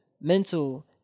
mental